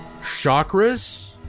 chakras